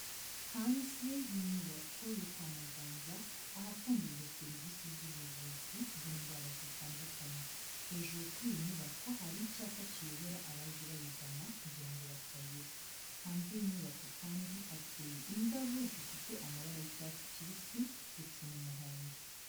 Hanze y'inyubako yo kwa muganga ahatangirwa serivisi z'ubuvuzi bw'indwara zitandukanye, hejuru kuri iyi nyubako hari icyapa kiyobora abaje bayigana kugira ngo batayoba, hanze y'inyubako kandi hateye indabo zifite amabara y'icyatsi kibisi ndetse n'umuhondo.